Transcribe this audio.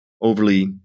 overly